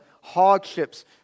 hardships